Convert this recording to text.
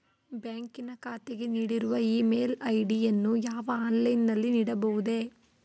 ಬ್ಯಾಂಕಿನ ಖಾತೆಗೆ ನೀಡಿರುವ ಇ ಮೇಲ್ ಐ.ಡಿ ಯನ್ನು ನಾನು ಆನ್ಲೈನ್ ನಲ್ಲಿ ನೀಡಬಹುದೇ?